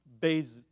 based